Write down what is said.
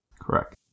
Correct